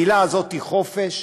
המילה הזאת, "חופש",